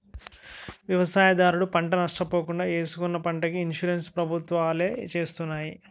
వ్యవసాయదారుడు పంట నష్ట పోకుండా ఏసుకున్న పంటకి ఇన్సూరెన్స్ ప్రభుత్వాలే చేస్తున్నాయి